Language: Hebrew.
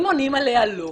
אם עונים עליה בשלילה,